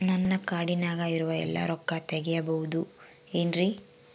ನನ್ನ ಕಾರ್ಡಿನಾಗ ಇರುವ ಎಲ್ಲಾ ರೊಕ್ಕ ತೆಗೆಯಬಹುದು ಏನ್ರಿ?